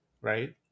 right